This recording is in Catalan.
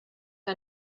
que